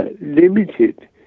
limited